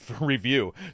review